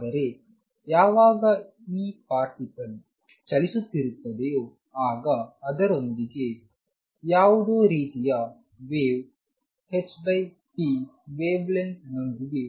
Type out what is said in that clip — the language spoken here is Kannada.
ಆದರೆ ಯಾವಾಗ ಪಾರ್ಟಿಕಲ್ ಚಲಿಸುತ್ತಿರುತ್ತದೆಯೋ ಆಗ ಅದರೊಂದಿಗೆ ಯಾವುದೊ ರೀತಿಯ ವೇವ್ hp ವೇವ್ ಲೆಂತ್ ನೊಂದಿಗೆ